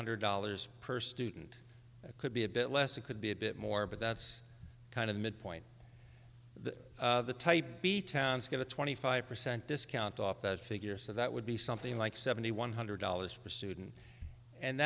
hundred dollars per student it could be a bit less it could be a bit more but that's kind of midpoint the type b towns get a twenty five percent discount off that figure so that would be something like seventy one hundred dollars for student and